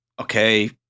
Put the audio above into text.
okay